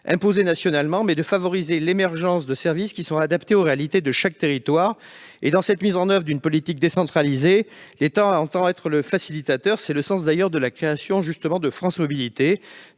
imposé nationalement, mais de favoriser l'émergence de services qui sont adaptés aux réalités de chaque territoire. Dans cette mise en oeuvre d'une politique décentralisée, l'État entend être un facilitateur. C'est le sens, d'ailleurs, de la création de France Mobilités,